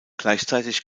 gleichzeitig